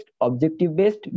objective-based